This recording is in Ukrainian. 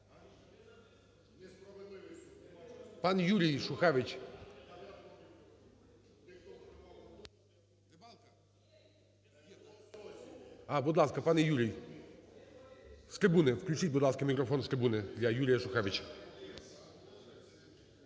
Пан Юрій Шухевич. А, будь ласка, пане Юрій, з трибуни включіть, будь ласка, мікрофон з трибуни для Юрія Шухевича.